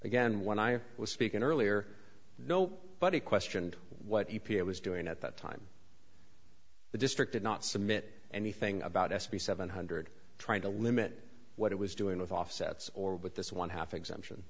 again when i was speaking earlier no but he questioned what e p a was doing at that time the district did not submit anything about s b seven hundred trying to limit what it was doing with offsets or with this one half exemption